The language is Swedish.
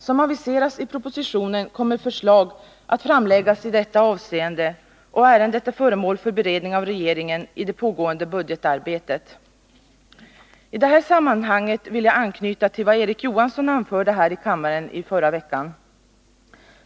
Som aviserats i propositionen kommer förslag att framläggas i detta avseende, och ärendet är föremål för beredning av regeringen i det pågående budgetarbetet. I det här sammanhanget vill jag anknyta till vad Erik Johansson anförde här i kammaren i förra veckan.